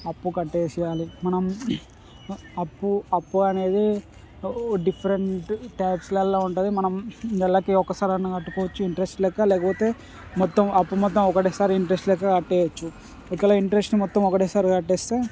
అప్పు కట్టేసేయాలి మనం అప్పు అప్పు అనేది డిఫరెంట్ ట్యాక్స్లలో ఉంటుంది మనం నెలకు ఒకసారైనా కట్టుకోవచ్చు ఇంట్రెస్ట్ లేక లేకపోతే మొత్తం అప్పు మొత్తం ఒకేసారి ఇంట్రెస్ట్తో లెక్క కట్టేయవచ్చు ఒకవేళ ఇంట్రెస్ట్ మొత్తం ఒకేసారి కట్టేస్తే